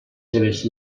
seves